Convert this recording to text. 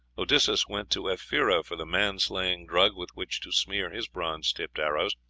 odysseus went to ephyra for the man-slaying drug with which to smear his bronze-tipped arrows.